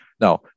Now